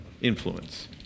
Influence